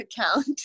account